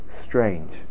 strange